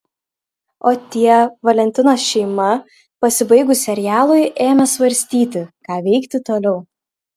o tie valentinos šeima pasibaigus serialui ėmė svarstyti ką veikti toliau